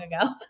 ago